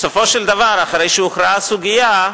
בסופו של דבר, אחרי שהוכרעה הסוגיה,